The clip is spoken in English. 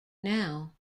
now